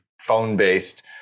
phone-based